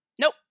Nope